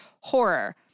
horror